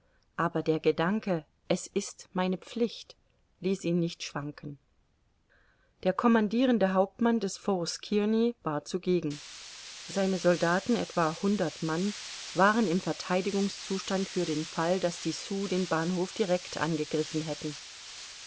aber der gedanke es ist meine pflicht ließ ihn nicht schwanken der commandirende hauptmann des forts kearney war zugegen seine soldaten etwa hundert mann waren im vertheidigungszustand für den fall daß die sioux den bahnhof direct angegriffen hätten